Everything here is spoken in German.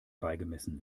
beigemessen